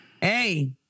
Hey